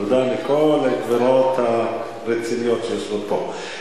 תודה לכל הגברות הרציניות שיושבות פה.